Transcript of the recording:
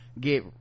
get